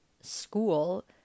school